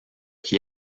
qui